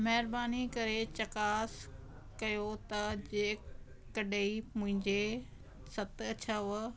महिरबानी करे चकास कयो त जे कॾहिं मुंहिंजे सत छह